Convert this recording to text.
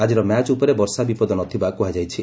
ଆଜିର ମ୍ୟାଚ୍ ଉପରେ ବର୍ଷା ବିପଦ ନ ଥିବା କୁହାଯାଇଛି